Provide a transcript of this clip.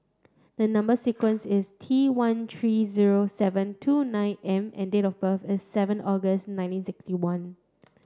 the number sequence is T one three zero seven two nine M and date of birth is seven August nineteen sixty one